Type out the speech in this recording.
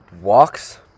walks